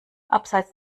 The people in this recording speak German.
abseits